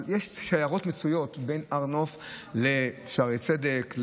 יש שיירות מצויות בין הר נוף לשערי צדק,